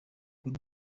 rero